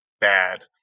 bad